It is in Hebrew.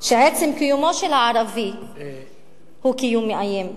שעצם קיומו של הערבי הוא קיום מאיים.